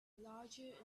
larger